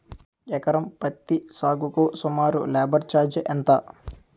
ఎకరం పత్తి సాగుకు సుమారు లేబర్ ఛార్జ్ ఎంత?